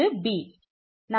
இது b